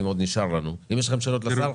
עוד נשאר אתנו האם יש לכם שאלות לשר?